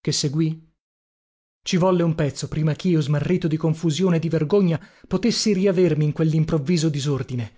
che seguì ci volle un pezzo prima chio smarrito di confusione e di vergogna potessi riavermi in quellimprovviso disordine